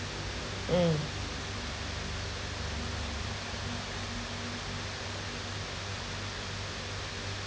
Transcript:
mm